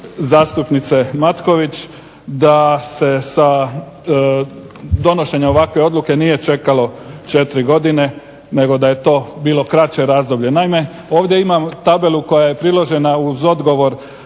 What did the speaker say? zastupnice Matković da se donošenje ovakve odluke nije čekalo 4 godine, nego da je to bilo kraće razdoblje. Naime, ovdje imam tabelu koja je priložena uz odgovor